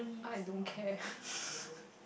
I don't care